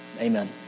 amen